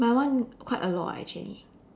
my one quite a lot actually